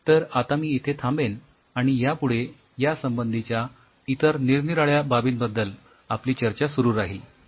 तर आता मी इथे थांबेन आणि यापुढे यासंबंधीच्या इतर निरनिराळ्या बाबींबद्दल आपली चर्चा सुरु राहील